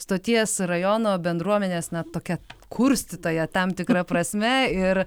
stoties rajono bendruomenės na tokia kurstytoja tam tikra prasme ir